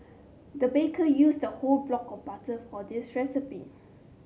the baker used a whole block of butter for this recipe